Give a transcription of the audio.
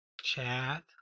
Chat